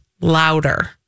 louder